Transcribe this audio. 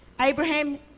Abraham